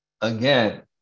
Again